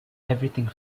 everything